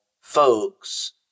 folks